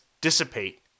dissipate